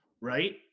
right